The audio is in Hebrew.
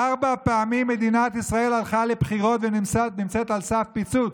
ארבע פעמים מדינת ישראל הלכה לבחירות ונמצאת על סף פיצוץ,